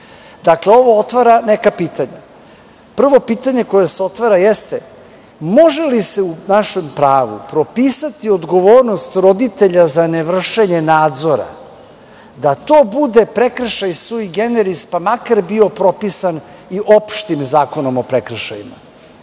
ovo otvara neka pitanja. Prvo pitanje koje se otvara, jeste može li se u našem pravu propisati odgovornost roditelja za ne vršenje nadzora, da to bude prekršaj sui generis, pa makar bio propisan i opštim Zakonom o prekršajima,